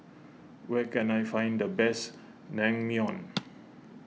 where can I find the best Naengmyeon